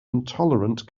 intolerant